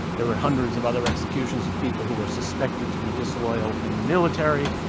there were hundreds of other executions of people who were suspected to be disloyal in the military.